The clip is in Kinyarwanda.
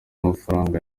amafaranga